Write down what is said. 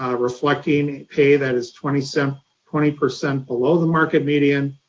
ah reflecting pay that is twenty so twenty percent below the market median,